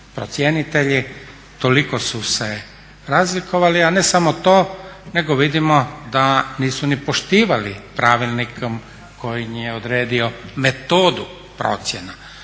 procjenitelji toliko su se razlikovali. A ne samo to nego vidimo da nisu ni poštivali pravilnikom koji nije odredio metodu procjena